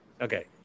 Okay